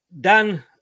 Dan